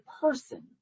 person